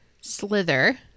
Slither